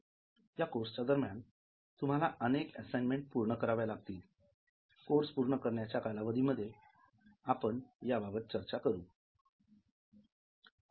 या कोर्सच्या दरम्यान तुम्हाला अनेक असाइनमेंट पूर्ण कराव्या लागतील कोर्स पूर्ण करण्याच्या कालावधीमध्ये आपण याबाबत चर्चा करू